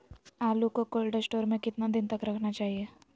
आलू को cold store में कितना दिन तक रखना चाहिए?